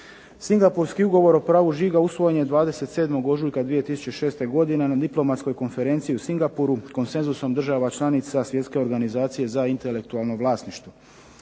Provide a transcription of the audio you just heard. Singapurski ugovor o pravu žiga usvojen je 27. ožujka 2006. godine, a na diplomatskoj konferenciji u Singapuru konsenzusom država članica Svjetske organizacije za intelektualno vlasništvo.